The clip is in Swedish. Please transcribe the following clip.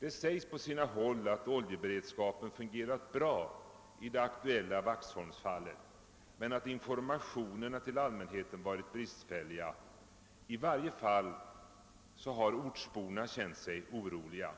Det sägs på sina håll att oljeberedskapen fungerat bra i det aktuella Vaxholmsfallet men att informationerna till allmänheten varit bristfälliga. I varje fall har ortsborna känt sig oroliga.